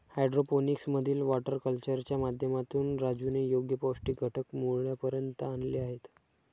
hydroponics मधील water कल्चरच्या माध्यमातून राजूने योग्य पौष्टिक घटक मुळापर्यंत आणले आहेत